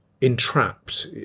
entrapped